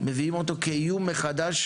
מביאים אותו כאיום מחדש,